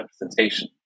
representation